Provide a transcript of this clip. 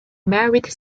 married